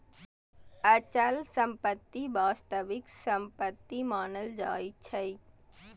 अचल संपत्ति वास्तविक संपत्ति मानल जाइ छै